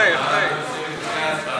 אחרי, אחרי.